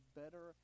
better